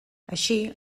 així